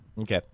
Okay